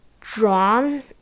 drawn